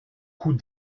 coups